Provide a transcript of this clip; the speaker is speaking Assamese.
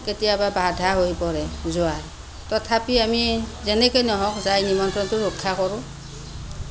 কেতিয়াবা বাধা হৈ পৰে যোৱা তথাপি আমি যেনেকেই নহওক যাই নিমন্ত্ৰণটো ৰক্ষা কৰো